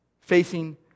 facing